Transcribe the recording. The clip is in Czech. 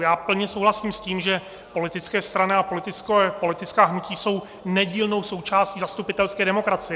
Já plně souhlasím s tím, že politické strany a politická hnutí jsou nedílnou součástí zastupitelské demokracie.